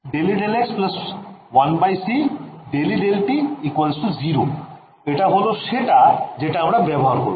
∂E∂x 1c ∂E∂t 0 এটা হল সেটা যেটা আমরা ব্যবহার করবো